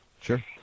Sure